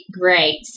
great